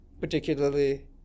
particularly